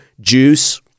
juice